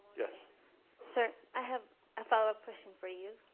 yes sir i have a follow-up question for you